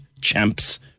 champs